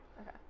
Okay